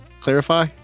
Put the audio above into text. clarify